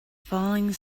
falling